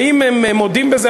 ואם הם מודים בזה,